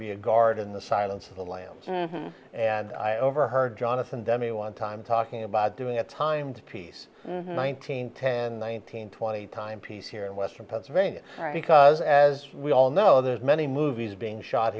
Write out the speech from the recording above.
be a guard in the silence of the lambs and i overheard jonathan demme me one time talking about doing a timed piece nineteen ten nineteen twenty time piece here in western pennsylvania because as we all know there's many movies being shot